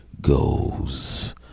goes